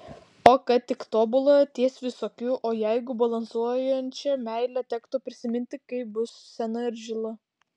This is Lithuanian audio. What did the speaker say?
o kad tik tobulą ties visokių o jeigu balansuojančią meilę tektų prisiminti kai bus sena ir žila